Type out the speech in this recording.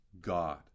God